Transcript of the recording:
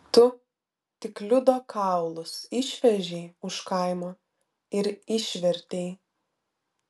tu tik liudo kaulus išvežei už kaimo ir išvertei